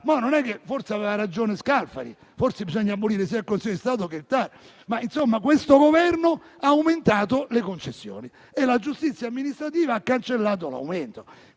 dal TAR. Forse aveva ragione Scalfari, forse bisogna abolire sia il Consiglio di Stato sia il TAR, ma insomma questo Governo ha aumentato le concessioni e la giustizia amministrativa ha cancellato l'aumento.